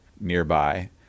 nearby